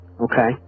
Okay